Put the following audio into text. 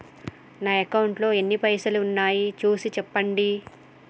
నా అకౌంట్లో ఎన్ని పైసలు ఉన్నాయి చూసి చెప్పండి?